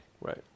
Right